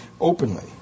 openly